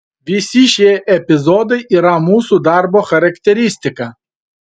visi šie epizodai yra mūsų darbo charakteristika